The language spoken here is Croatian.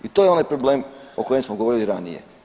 I to je onaj problem o kojem smo govorili ranije.